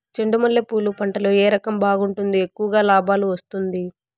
చెండు మల్లె పూలు పంట లో ఏ రకం బాగుంటుంది, ఎక్కువగా లాభాలు వస్తుంది?